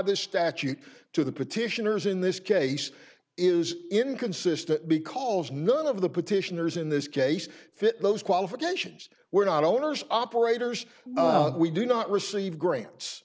this statute to the petitioners in this case is inconsistent because none of the petitioners in this case fit those qualifications were not owners operators we do not receive grants